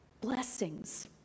Blessings